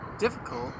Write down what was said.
difficult